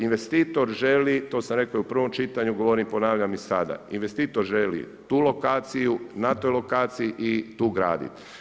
Investitor želi, to sam rekao i u prvom čitanju, govorim i ponavljam i sada, investitor želi tu lokaciju, na toj lokaciji i tu gradi.